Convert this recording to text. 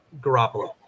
Garoppolo